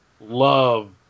love